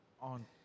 on